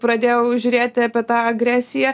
pradėjau žiūrėti apie tą agresiją